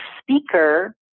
speaker